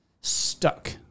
stuck